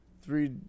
Three